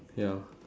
ya